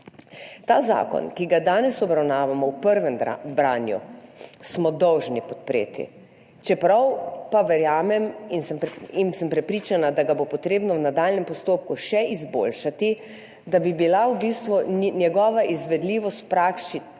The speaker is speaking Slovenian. Zakon, ki ga danes obravnavamo v prvem branju, smo dolžni podpreti, čeprav verjamem in sem prepričana, da ga bo potrebno v nadaljnjem postopku še izboljšati, da bi bila v bistvu njegova izvedljivost v praksi